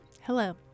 Hello